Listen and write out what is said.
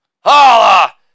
holla